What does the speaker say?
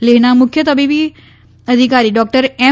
લેહના મુખ્ય તબીબી અધિકારી ડોક્ટર એમ